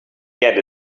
get